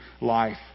life